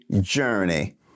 journey